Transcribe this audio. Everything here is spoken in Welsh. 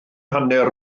hanner